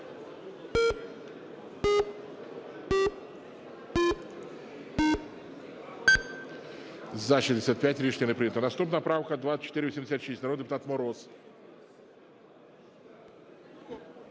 За-65 Рішення не прийнято. Наступна правка - 2486, народний депутат Мороз.